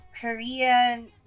Korean